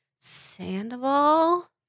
Sandoval